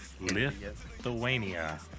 Lithuania